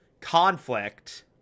conflict